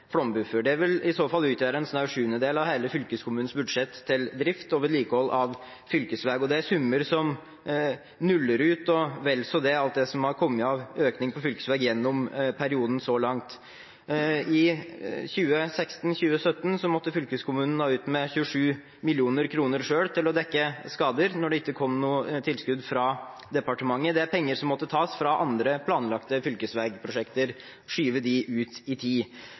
flombuffer. Det vil i så fall utgjøre en snau sjuendedel av hele fylkeskommunens budsjett til drift og vedlikehold av fylkesveier. Det er summer som nuller ut, og vel så det, alt det som har kommet av økning på fylkesveier gjennom perioden så langt. I 2016–2017 måtte fylkeskommunen ut med 27 mill. kr selv til å dekke skader da det ikke kom noe tilskudd fra departementet. Det er penger som måtte tas fra andre planlagte fylkesveiprosjekter, å skyve dem ut i tid.